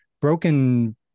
broken